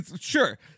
Sure